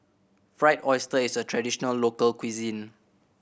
Fried Oyster is a traditional local cuisine